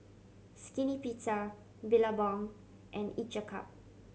Skinny Pizza Billabong and Each a Cup